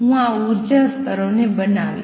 હું આ ઉર્જા સ્તરોને બનાવીશ